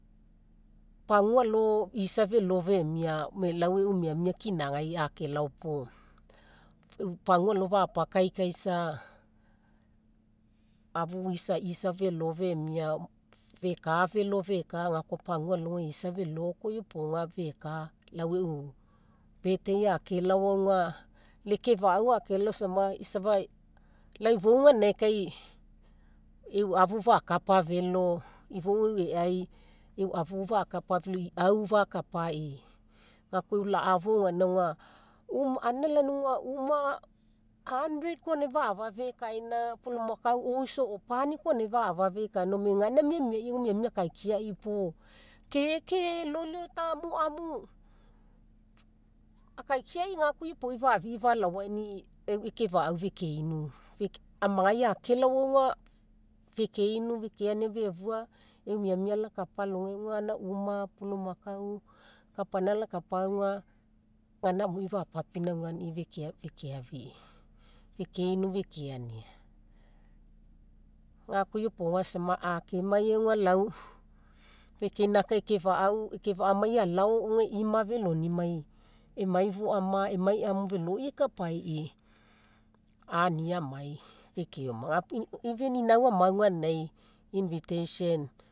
Pagua alo isa felo femia gome lau e'u miamia kinagai akelao puo e'u pagua lo fapakaikaisa afu isa, isa felo feka felo feka ga koa pagua alogai isa felo koa iopoga feka, lau e'u birthday akelao auga lau ekefa'au akelao samaga lau ifou ganinagai kai, e'u afu fakapa felo. E'ai e'u afu fakapa felo iau fakapai ga koa e'u la'afou gaina, anina lani auga, uma hundred koa na fa'afa fekaina pulumakao oiso or pani koa na fa'afa fekaina gome gaina miamiai auga miamia akaikiai puo, tete loliota amu, amu akaikiai ga koa iopoga fafii falaoainii ekefa'au fekeinu. Amagai akelao auga, fekeinu fekeania fefua e'u miamia alakapa alogai gaina uma pulumakao kapaina alakapa auga, gaina amuii fapapinauganii fekeafii. Fekeinu fekeania, ga koa iopoga sama akemai auga lau, fekeina ekefa'au ekefa'amai alao auga eima felonimai, emai foama emai amu feloi ekapai ania amai fekeoma, ga puo, even inau amau ganinagai invitation